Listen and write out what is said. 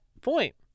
point